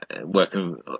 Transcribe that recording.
working